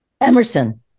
Emerson